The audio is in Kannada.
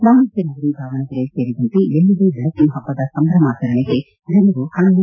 ವಾಣಿಜ್ಯ ನಗರಿ ದಾವಣಗೆರೆ ಸೇರಿದಂತೆ ಎಲ್ಲೆಡೆ ಬೆಳಕಿನ ಹಬ್ಬದ ಸಂಭ್ರಮಾಚರಣೆಗೆ ಜನರು ಹಣ್ಣು